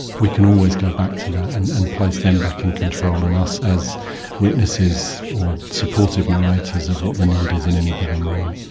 we can always go back to that and and place them back in control and us as witnesses or supportive narrators of what the need is in any given moment.